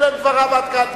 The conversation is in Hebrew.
אלה דבריו עד כאן.